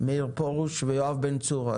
מאיר פרוש ויואב בן צור,